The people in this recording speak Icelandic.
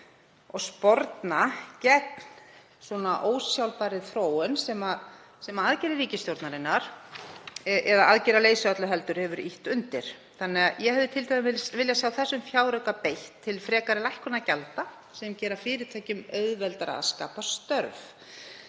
og sporna gegn ósjálfbærri þróun sem aðgerðir ríkisstjórnarinnar, eða aðgerðaleysi öllu heldur, hefur ýtt undir. Ég hefði t.d. viljað sjá þessum fjárauka beitt til frekari lækkunar gjalda sem gera fyrirtækjum auðveldara að skapa störf.